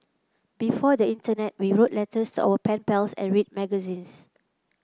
before the internet we wrote letters our pen pals and read magazines